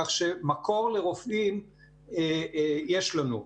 כך שמקור לרופאים יש לנו.